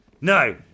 No